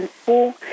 school